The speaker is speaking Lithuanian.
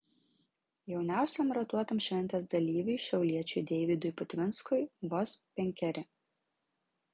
jauniausiam ratuotam šventės dalyviui šiauliečiui deividui putvinskui vos penkeri